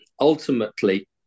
ultimately